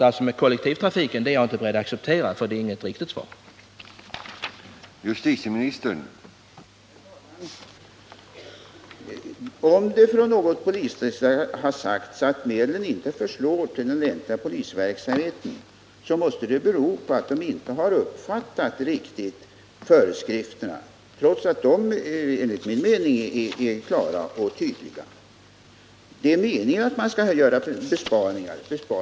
Beskedet om att kollektivtrafiken skall utnyttjas kan jag inte acceptera — det är inget riktigt svar på frågan.